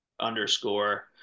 underscore